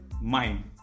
mind